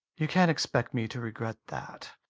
you can't expect me to regret that.